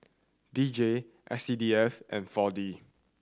D J S C D F and Four D